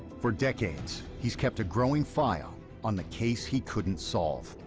for decades, he's kept a growing file on the case he couldn't solve.